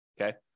Okay